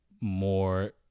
more